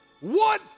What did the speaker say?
One